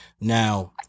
Now